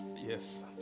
yes